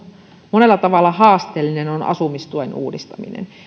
monella tavalla haasteellinen on asumistuen uudistaminen